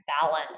balance